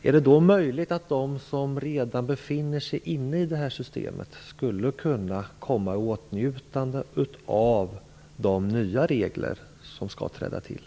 Är det möjligt att de som redan befinner sig inne i systemet skulle kunna komma i åtnjutande av de nya regler som skall träda i kraft?